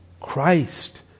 Christ